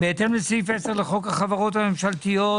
בהתאם לסעיף 10 לחוק החברות הממשלתיות,